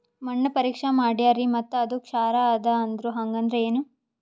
ಮಣ್ಣ ಪರೀಕ್ಷಾ ಮಾಡ್ಯಾರ್ರಿ ಮತ್ತ ಅದು ಕ್ಷಾರ ಅದ ಅಂದ್ರು, ಹಂಗದ್ರ ಏನು?